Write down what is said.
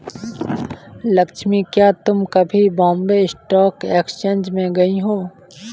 लक्ष्मी, क्या तुम कभी बॉम्बे स्टॉक एक्सचेंज गई हो?